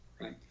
right